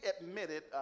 admitted